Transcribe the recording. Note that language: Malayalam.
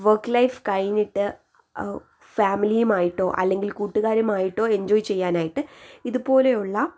വർക്ക് ലൈഫ് കഴിഞ്ഞിട്ട് ഫാമിലിയുമായിട്ടോ അല്ലെങ്കിൽ കൂട്ടുകാരുമായിട്ടോ എൻജോയ് ചെയ്യാനായിട്ട് ഇതുപോലെയുള്ള